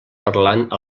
parlant